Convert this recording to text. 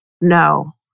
No